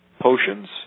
potions